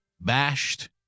bashed